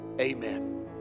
amen